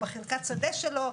בחלקת שדה שלו,